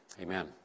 Amen